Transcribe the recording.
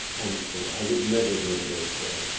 honestly, i would never have made a boy scout.